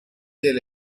del